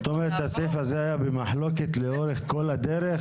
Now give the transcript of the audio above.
זאת אומרת הסעיף הזה היה במחלוקת לאורך כל הדרך?